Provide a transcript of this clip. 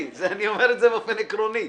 אני אומר את זה באופן עקרוני.